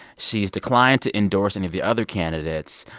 she's declined to endorse any of the other candidates,